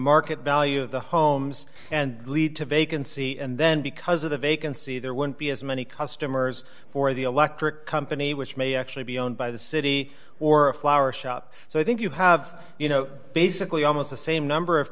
market value of the homes and lead to vacancy and then because of the vacancy there wouldn't be as many customers for the electric company which may actually be owned by the city or a flower shop so i think you have you know basically almost the same number of